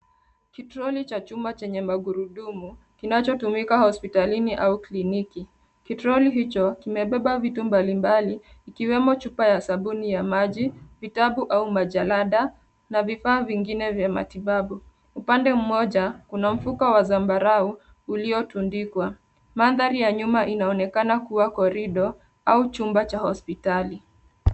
Kituoni cha chumba chenye magurudumu, kinachotumika hospitalini au kliniki. Kitroli hicho, kimebeba vitu mbalimbali, ikiwemo chupa ya sabuni ya maji, vitabu au majalada na vifaa vingine vya matibabu. Upande mmoja, kuna mfuko wa zambarau uliotundikwa. Mandhari ya nyuma inaonekana kuwa korido au chumba cha hospitali.